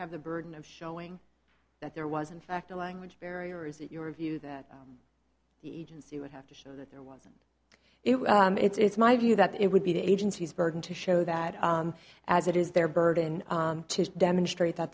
have the burden of showing that there was in fact a language barrier or is it your view that the agency would have to show that there wasn't it was it's my view that it would be the agency's burden to show that as it is their burden to demonstrate that